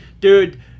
Dude